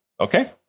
okay